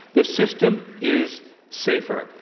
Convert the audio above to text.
the system is safer?